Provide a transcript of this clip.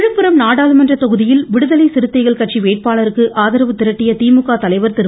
விழுப்புரம் நாடாளுமன்றத் தொகுதியில் விடுதலை சிறுத்தைகள் கட்சி வேட்பாளருக்கு ஆதரவு திரட்டிய திமுக தலைவர் திரு